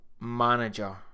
Manager